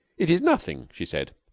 it is nothing, she said.